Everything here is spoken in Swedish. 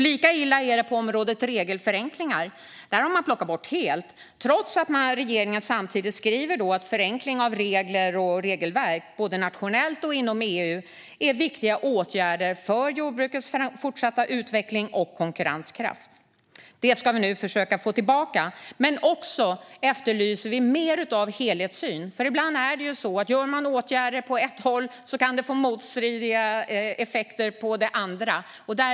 Lika illa är det på området regelförenklingar. Det har man plockat bort helt, trots att regeringen samtidigt skriver att förenkling av regler och regelverk både nationellt och inom EU är viktiga åtgärder för jordbrukets fortsatta utveckling och konkurrenskraft. Detta ska vi nu försöka få tillbaka samtidigt som vi efterlyser en större helhetssyn. Ibland är det ju så att om man vidtar åtgärder på ett håll kan det få motsatta effekter på ett annat.